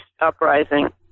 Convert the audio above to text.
uprising